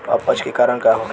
अपच के कारण का होखे?